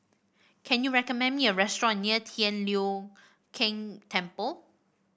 can you recommend me a restaurant near Tian Leong Keng Temple